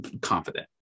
confident